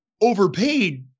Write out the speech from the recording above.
overpaid